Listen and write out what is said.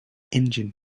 engine